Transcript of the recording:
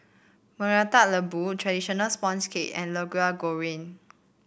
murta lembu traditional sponge cake and goreng